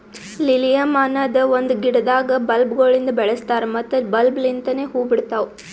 lilium ಅನದ್ ಒಂದು ಗಿಡದಾಗ್ ಬಲ್ಬ್ ಗೊಳಿಂದ್ ಬೆಳಸ್ತಾರ್ ಮತ್ತ ಬಲ್ಬ್ ಲಿಂತನೆ ಹೂವು ಬಿಡ್ತಾವ್